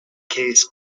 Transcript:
case